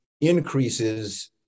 increases